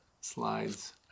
slides